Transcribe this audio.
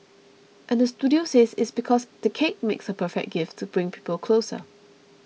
and the studio says it's because the cake makes a perfect gift to bring people closer